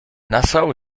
nassau